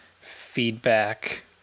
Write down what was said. feedback